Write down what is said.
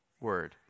word